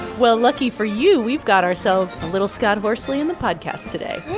well, lucky for you, we've got ourselves a little scott horsley in the podcast today